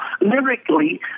lyrically